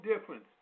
difference